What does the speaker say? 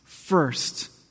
First